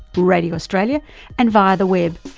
radio australia and via the web,